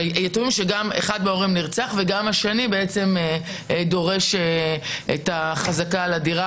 היתומים היתומים של ההורה הנרצח והבן זוג שדורש את החזקה על הדירה,